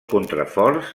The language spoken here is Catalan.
contraforts